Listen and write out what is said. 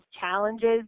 challenges